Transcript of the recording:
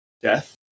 death